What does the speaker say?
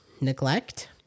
neglect